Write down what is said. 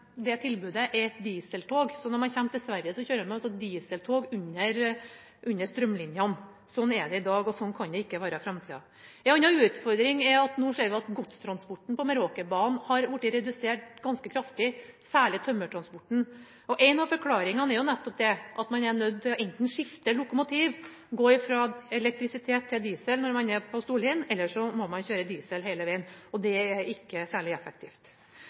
tilbudet er et dieseltog, så når en kommer til Sverige, kjører en dieseltog under strømlinjene. Sånn er det i dag, og sånn kan det ikke være i framtida. En annen utfordring er at vi nå ser at godstransporten på Meråkerbanen har blitt redusert ganske kraftig, særlig tømmertransporten. En av forklaringene er nettopp at man er nødt til enten å skifte lokomotiv, gå fra elektrisitet til diesel når man er på Storlien, eller man må kjøre diesel hele vegen, og det er ikke særlig effektivt.